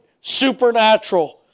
supernatural